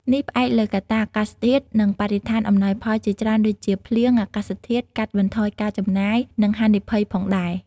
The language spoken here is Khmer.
នេះផ្អែកលើកត្តាអាកាសធាតុ និងបរិស្ថានអំណោយផលជាច្រើនដូចជា ភ្លៀង អាកាសធាតុ កាត់បន្ថយការចំណាយ និងហានិភ័យផងដែរ។